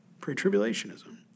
pre-tribulationism